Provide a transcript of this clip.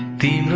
d